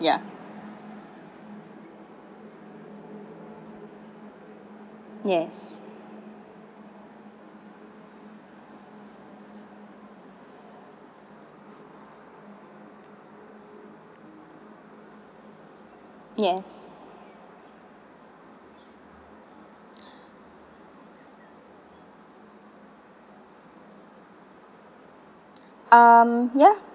ya yes yes um ya